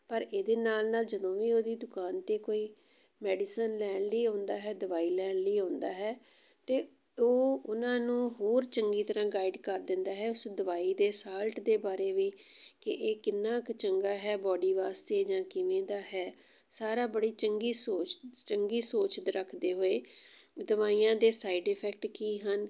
ਪਰ ਇਹਦੇ ਨਾਲ ਨਾਲ ਜਦੋਂ ਵੀ ਉਹਦੀ ਦੁਕਾਨ 'ਤੇ ਕੋਈ ਮੈਡੀਸਨ ਲੈਣ ਲਈ ਆਉਂਦਾ ਹੈ ਦਵਾਈ ਲੈਣ ਲਈ ਆਉਂਦਾ ਹੈ ਅਤੇ ਉਹ ਉਹਨਾਂ ਨੂੰ ਹੋਰ ਚੰਗੀ ਤਰ੍ਹਾਂ ਗਾਈਡ ਕਰ ਦਿੰਦਾ ਹੈ ਉਸ ਦਵਾਈ ਦੇ ਸਾਲਟ ਦੇ ਬਾਰੇ ਵੀ ਕਿ ਇਹ ਕਿੰਨਾਂ ਕੁ ਚੰਗਾ ਹੈ ਬੋਡੀ ਵਾਸਤੇ ਜਾਂ ਕਿਵੇਂ ਦਾ ਹੈ ਸਾਰਾ ਬੜੀ ਚੰਗੀ ਸੋਚ ਚੰਗੀ ਸੋਚ ਦ ਰੱਖਦੇ ਹੋਏ ਦਵਾਈਆਂ ਦੇ ਸਾਈਡ ਇਫੈਕਟ ਕੀ ਹਨ